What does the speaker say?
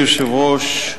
תודה.